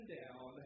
down